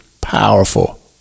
powerful